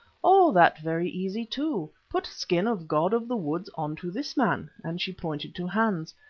oh! that very easy, too. put skin of god of the woods on to this man, and she pointed to hans,